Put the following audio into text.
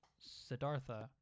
Siddhartha